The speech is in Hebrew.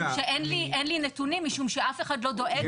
אין לי נתונים משום שאף אחד לא דואג להעביר לי נתונים.